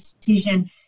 decision